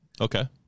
Okay